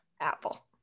Apple